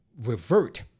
revert